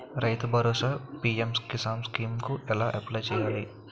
రైతు Bharosa PM Kisan scheme కు ఎలా అప్లయ్ చేయాలి?